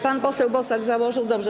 Pan poseł Bosak założył, dobrze.